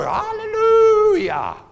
hallelujah